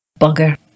Bugger